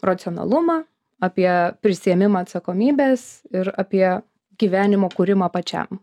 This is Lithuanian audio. racionalumą apie prisiėmimą atsakomybės ir apie gyvenimo kūrimą pačiam